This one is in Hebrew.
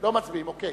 לא מצביעים, אוקיי.